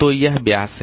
तो ये व्यास हैं